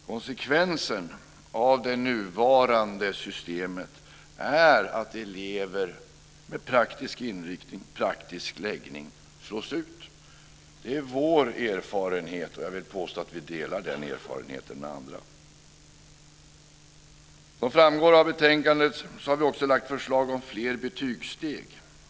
Konsekvensen av det nuvarande systemet är att elever med praktisk inriktning och praktisk läggning slås ut. Det är vår erfarenhet, och jag vill påstå att vi delar den med andra. Som framgår av betänkandet har vi också lagt fram förslag om fler betygssteg.